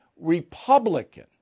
Republican